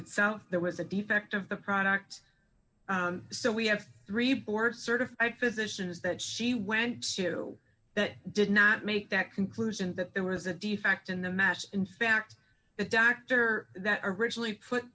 itself that was a defect of the product so we have three board certified physicians that she went to that did not make that conclusion that it was a defect in the match in fact the doctor that originally put